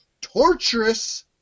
torturous